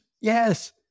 yes